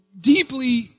deeply